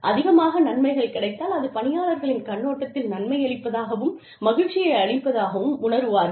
அதிகமாக நன்மைகள் கிடைத்தால் அது பணியாளர்களின் கண்ணோட்டத்தில் நன்மை அளிப்பதாகவும் மகிழ்ச்சியை அளிப்பதாகவும் உணருவார்கள்